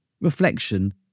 reflection